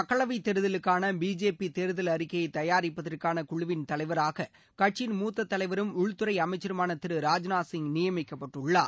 மக்களவை தேர்தலுக்கான பிஜேபி தேர்தல் அறிக்கையை தயாரிப்பதற்கான குழுவின் தலைவராக கட்சியின் மூத்த தலைவரும் உள்துறை அமைச்சருமான திரு ராஜ்நாத் சிங் நியமிக்கப்பட்டுள்ளார்